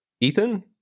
Ethan